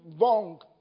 wrong